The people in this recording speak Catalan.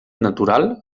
natural